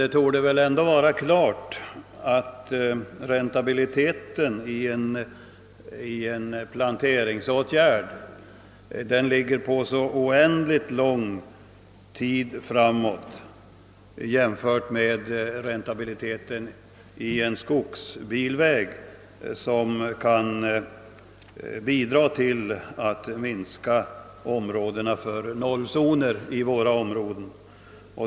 Det torde ändå vara klart att räntabiliteten i en planteringsåtgärd får beräknas på oändligt lång tid framåt jämfört med räntabiliteten i en skogsbilväg, som kan bidra till att minska nollzonerna i våra områden.